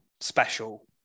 special